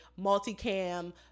multicam